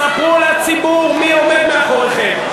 ספרו לציבור מי עומד מאחוריכם,